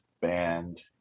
band